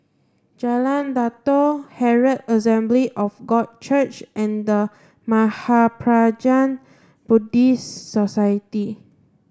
Jalan Datoh Herald Assembly of God Church and The Mahaprajna Buddhist Society